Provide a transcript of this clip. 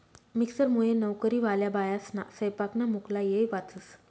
मिक्सरमुये नवकरीवाल्या बायास्ना सैपाकना मुक्ला येय वाचस